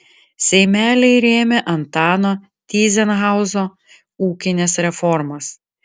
seimeliai rėmė antano tyzenhauzo ūkines reformas